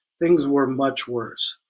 things were much worse.